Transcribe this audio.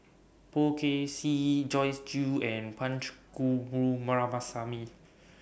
Poh Kay Swee Joyce Jue and Punch Coomaraswamy